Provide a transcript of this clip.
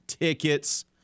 tickets